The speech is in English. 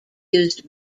used